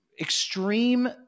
extreme